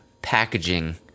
packaging